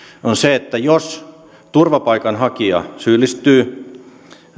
on se että jos turvapaikanhakija syyllistyy